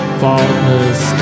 faultless